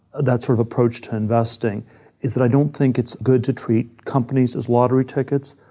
that sort of approach to investing is that i don't think it's good to treat companies as lottery tickets.